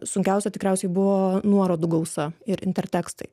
sunkiausia tikriausiai buvo nuorodų gausa ir intertekstai